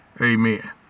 Amen